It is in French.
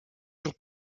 jours